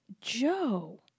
joe